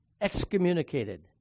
excommunicated